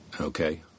Okay